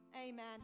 Amen